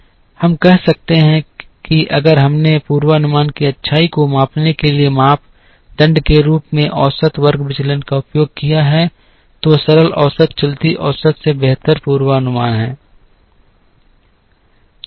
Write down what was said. इसलिए हम कह सकते हैं अगर हमने पूर्वानुमान की अच्छाई को मापने के लिए मापदंड के रूप में औसत वर्ग विचलन का उपयोग किया है तो सरल औसत चलती औसत से बेहतर पूर्वानुमान है